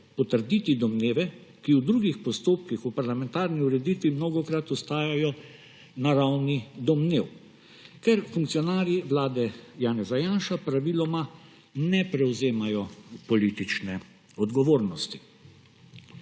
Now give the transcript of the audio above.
potrditi domneve, ki v drugih postopkih v parlamentarni ureditvi mnogokrat ostajajo na ravni domnev, ker funkcionarji vlade Janeza Janše praviloma ne prevzemajo politične odgovornosti.